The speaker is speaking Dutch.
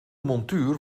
montuur